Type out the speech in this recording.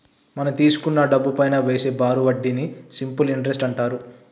మనం తీసుకున్న డబ్బుపైనా వేసే బారు వడ్డీని సింపుల్ ఇంటరెస్ట్ అంటారు